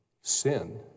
sin